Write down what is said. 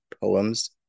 Poems